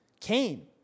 Cain